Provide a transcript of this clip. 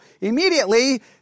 immediately